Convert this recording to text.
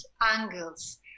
angles